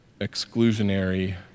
exclusionary